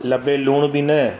लभे लूण बि न